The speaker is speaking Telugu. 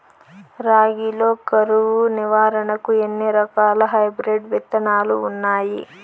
రాగి లో కరువు నివారణకు ఎన్ని రకాల హైబ్రిడ్ విత్తనాలు ఉన్నాయి